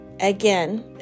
Again